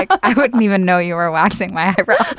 i wouldn't even know you were waxing my eyebrows.